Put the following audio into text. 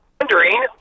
wondering